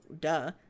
Duh